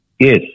Yes